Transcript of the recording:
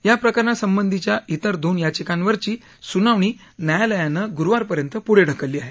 या प्रकरणासंबधीच्या इतर दोन याघिकांवरची सुनावणी न्यायालयानं गुरुवारपर्यंत पुढे ढकलली आहे